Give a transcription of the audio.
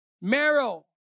marrow